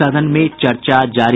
सदन में चर्चा जारी